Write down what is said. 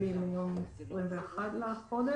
מיום 21 לחודש,